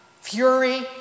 fury